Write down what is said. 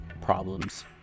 problems